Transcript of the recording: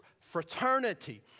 fraternity